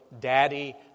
daddy